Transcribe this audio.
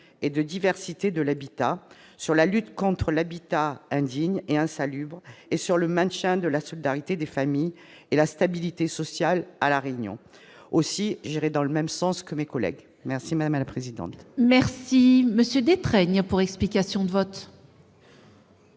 et de diversité de l'habitat, sur la lutte contre l'habitat indigne et insalubre, et sur le maintien de la solidarité des familles et la stabilité sociale à la Réunion. Aussi irai-je dans le même sens que mes collègues. La parole est à M. Yves Détraigne, pour explication de vote.